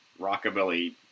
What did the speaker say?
Rockabilly